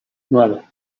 nueve